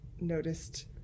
noticed